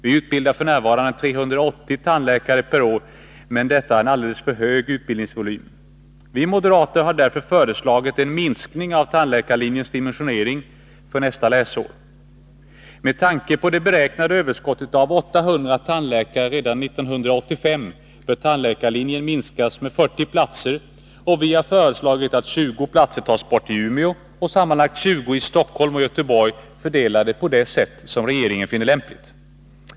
Vi utbildar för närvarande 380 tandläkare per år, men detta är en alldeles för stor utbildningsvolym. Vi moderater har därför föreslagit en minskning av tandläkarlinjens dimensionering för nästa läsår. Med tanke på det beräknade överskottet av 800 tandläkare redan år 1985 bör tandläkarlinjen minskas med 40 platser, och vi har föreslagit att 20 platser tas bort i Umeå och sammanlagt 20 i Stockholm och Göteborg, fördelade på det sätt regeringen finner lämpligt.